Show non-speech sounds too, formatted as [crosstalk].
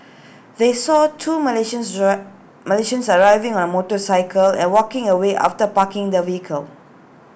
[noise] they saw two Malaysians [noise] Malaysians arriving on A motorcycle and walking away after parking the vehicle